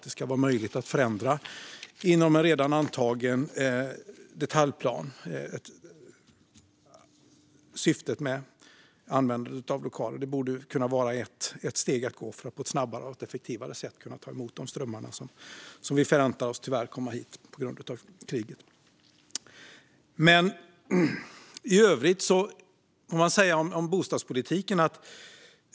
Det borde vara möjligt att förändra syftet med en lokal inom en redan antagen detaljplan, och det borde vara ett steg för att på ett snabbare och effektivare sätt ta emot de strömmar som vi tyvärr förväntar oss på grund av kriget.